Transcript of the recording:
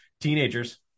teenagers